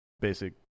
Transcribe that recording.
basic